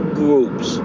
groups